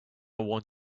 want